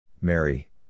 Mary